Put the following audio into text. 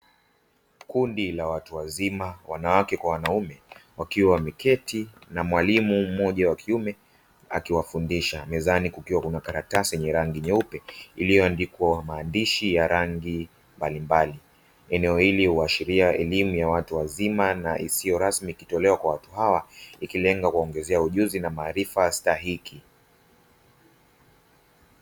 Kundi la watu wazima, wanawake kwa wanaume, wakiwa wameketi na mwalimu mmoja wa kiume akiwafundisha. Mezani kukiwa kuna karatasi yenye rangi nyeupe iliyoandikwa maandishi ya rangi mbalimbali. Eneo hili huashiria elimu ya watu wazima na isiyo rasmi, ikitolewa kwa watu hawa, ikilenga kuongezea ujuzi na maarifa stahiki.